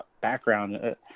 background